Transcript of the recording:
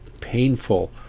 painful